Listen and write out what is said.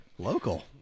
local